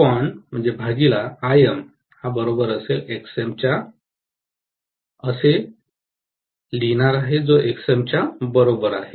तर मी लिहिणार आहे जो Xm च्या बरोबर आहे